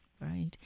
Right